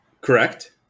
correct